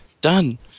done